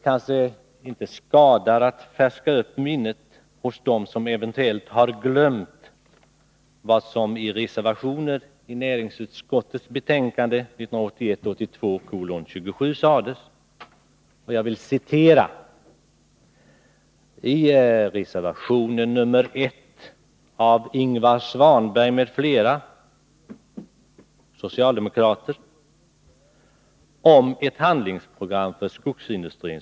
För att färska upp minnet hos dem som eventuellt har glömt vad som i reservationer i näringsutskottets betänkande 1981/82:27 sades vill jag citera ur reservation nr 1 av Ingvar Svanberg m.fl. om ett handlingsprogram för skogsindustrin.